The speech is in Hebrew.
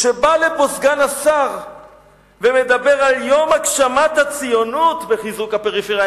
כשבא לפה סגן השר ומדבר על יום הגשמת הציונות וחיזוק הפריפריה,